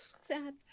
sad